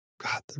god